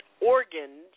organs